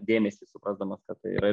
dėmesį suprasdamas kad tai yra